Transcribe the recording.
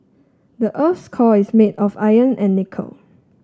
the earth's core is made of iron and nickel